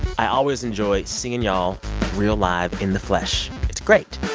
i always enjoy seeing y'all real live in the flesh. it's great.